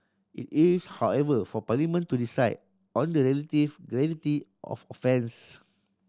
it is however for Parliament to decide on the relative gravity of offence